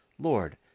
Lord